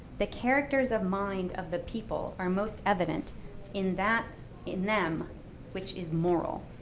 the characters of mind of the people are most evident in that in them which is moral.